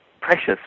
precious